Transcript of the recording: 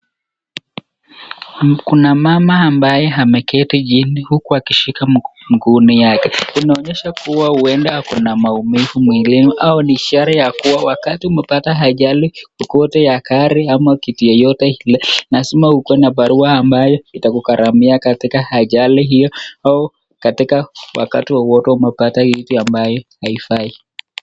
Kuna mama ambaye ameketi chini huku akishika mguuni yake. Inaonyesha kua huenda ako na maumivu mwilini au ni ishara ya kua wakati umepata ajali yoyote ya gari au kitu yeyote ile lazima ukue na barua ambayo itakugharamia katika ajali hiyo au katika wakati wowote umepata kitu ambayo haifai.